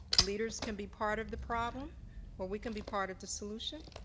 leaders can be part of the problem or we can be part of the solution.